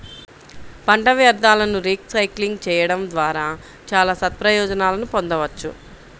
పంట వ్యర్థాలను రీసైక్లింగ్ చేయడం ద్వారా చాలా సత్ప్రయోజనాలను పొందవచ్చు